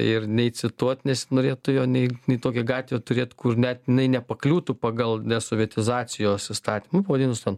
ir nei cituot nesinorėtų jo nei nei tokią gatvę turėt kur net jinai nepakliūtų pagal desovietizacijos įstatymą pavadinus ten